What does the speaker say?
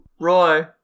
Roy